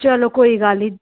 चलो कोई गल्ल निं